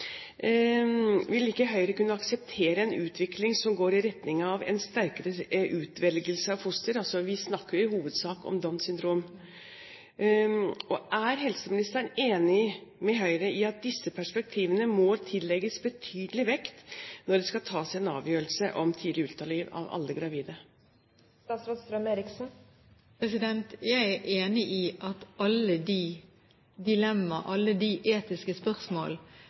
vil ikke Høyre kunne akseptere en utvikling som går i retning av en sterkere utvelgelse av foster, og vi snakker i hovedsak om Downs syndrom. Er helseministeren enig med Høyre i at disse perspektivene må tillegges betydelig vekt når det skal tas en avgjørelse om tidlig ultralyd av alle gravide? Jeg er enig i at alle dilemmaer og etiske spørsmål